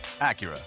Acura